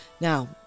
Now